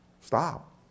Stop